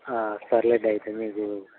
సరే లేండి అయితే మీకు